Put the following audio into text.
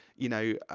you know,